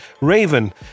Raven